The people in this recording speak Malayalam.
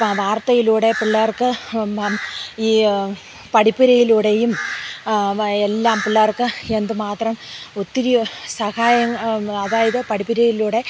വാർത്തയിലൂടെ പിള്ളേർക്ക് ഈ പഠിപ്പുരയിലൂടെയും എല്ലാം പിള്ളേർക്ക് എന്തുമാത്രം ഒത്തിരി സഹായം അതായത് പഠിപ്പുരയിലൂടെ